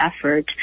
effort